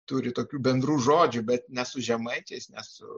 turi tokių bendrų žodžių bet nesu žemaičiais ne su